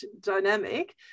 dynamic